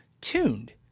Tuned